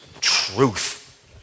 truth